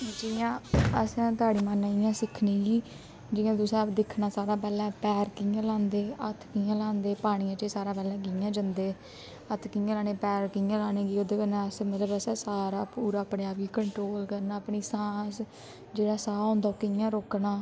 जियां असें ताड़ी मारना इ'यां सिक्खनी कि जियां तुसें दिक्खना सारां हा पैह्लें पैर कियां ल्हांदे हत्थ कियां ल्हांदे पानियै च एह् सारा हा पैह्लें कियां जंदे हत्थ कियां ल्हाने पैर कियां ल्हाने कि ओह्दे कन्नै अस मतलब सारा पूरा अपने आप गी कंट्रोल करना अपनी सांस जेह्ड़ा साह् होंदा ओह् कियां रोकना